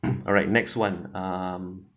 alright next one um